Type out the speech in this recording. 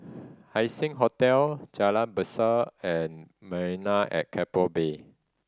Haising Hotel Jalan Berseh and Marina at Keppel Bay